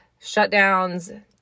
shutdowns